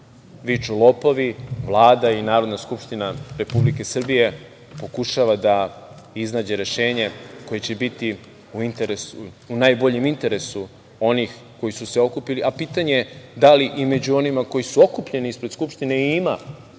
viču lopovi, Vlada i Narodna skupština Republike Srbije pokušava da iznađe rešenje koje će biti u najboljem interesu onih koji su se okupili, a pitanje je da li i među onima koji su okupljenim ispred Skupštine i ima